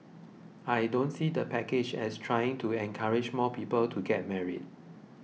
I don't see the package as trying to encourage more people to get married